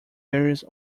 various